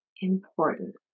important